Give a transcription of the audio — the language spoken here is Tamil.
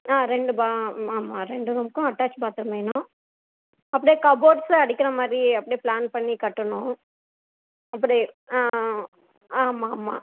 ஆ ரெண்டு பா ம் ஆமாம் ரெண்டு ரூமுக்கும் அட்டாச் பாத்ரூம் வேணும் அப்படியே கபோட்ஸும் அடிக்கிற மாதிரியே அப்படியே ப்ளான் பண்ணி கட்டணும் அப்படியே ஆ ஆ ஆமாம் ஆமாம்